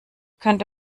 könnte